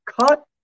cut